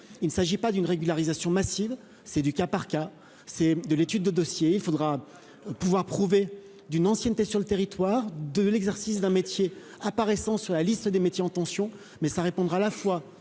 il ne s'agit pas d'une régularisation massive, c'est du cas par cas, c'est de l'étude de dossier, il faudra pouvoir prouver d'une ancienneté sur le territoire de l'exercice d'un métier apparaissant sur la liste des métiers en tension mais ça répondra à la fois